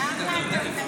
תגיד לי, אתה יודע עברית?